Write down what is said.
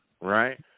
right